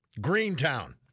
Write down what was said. Greentown